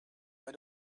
had